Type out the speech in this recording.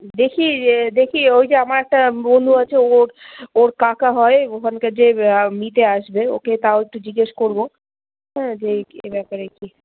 দেখি যে দেখি ওই যে আমার একটা বন্ধু আছে ওর ওর কাকা হয় ওখানকার যে নিতে আসবে ওকে তাও একটু জিজ্ঞেস করবো হ্যাঁ যে একি ব্যাপারে কী